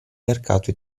mercato